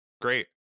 great